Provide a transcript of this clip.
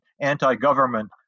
anti-government